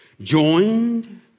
joined